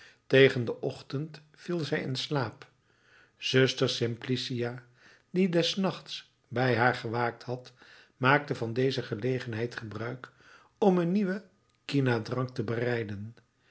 tegen den ochtend viel zij in slaap zuster simplicia die des nachts bij haar gewaakt had maakte van deze gelegenheid gebruik om een nieuwen kinadrank te bereiden